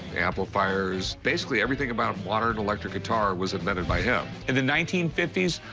amplifiers. basically, everything about modern electric guitar was invented by him. in the nineteen fifty s,